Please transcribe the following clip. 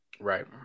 Right